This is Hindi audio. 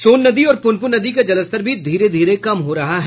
सोन नदी और पुनपुन नदी का जलस्तर भी धीरे धीरे कम हो रहा है